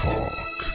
Talk